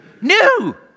new